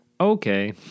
Okay